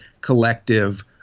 collective